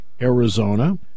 Arizona